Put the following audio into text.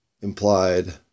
implied